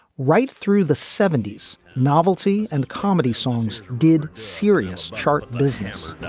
right through the seventy s, novelty and comedy songs did serious chart business